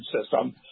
system